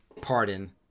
pardon